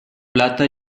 plata